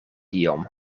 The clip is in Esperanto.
iom